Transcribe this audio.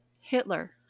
Hitler